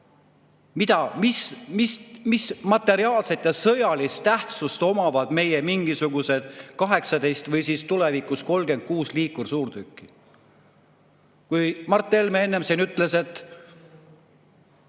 Mis materiaalset ja sõjalist tähtsust omavad meie mingisugused 18 või siis tulevikus 36 liikursuurtükki? Kui Mart Helme ütles, et